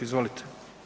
Izvolite.